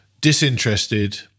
disinterested